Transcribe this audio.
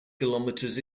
kilometres